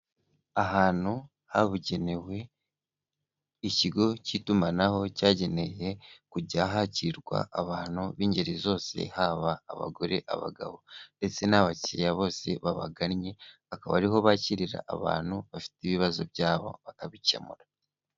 Ahantu habugenewe ikigo cy'itumanaho cyageneye kujya hakirirwa abantu b'ingeri zose haba abagore abagabo ndetse n'abakiriya bose babagannye, bakaba ariho bakirira abantu bafite ibibazo byabo bakabikemura.